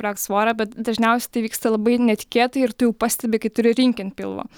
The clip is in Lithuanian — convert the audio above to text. priaugti svorio bet dažniausiai tai vyksta labai netikėtai ir tu jau pastebi kai turi rinkį ant pilvo